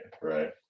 right